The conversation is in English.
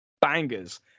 bangers